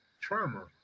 trauma